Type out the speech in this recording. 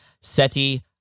Seti